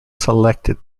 selected